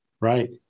Right